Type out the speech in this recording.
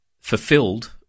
fulfilled